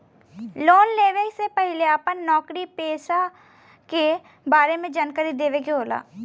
Loan लेवे से पहिले अपना नौकरी पेसा के बारे मे जानकारी देवे के होला?